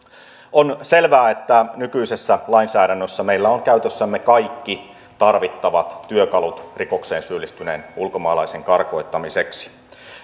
on selvää että nykyisessä lainsäädännössä meillä on käytössämme kaikki tarvittavat työkalut rikokseen syyllistyneen ulkomaalaisen karkottamiseksi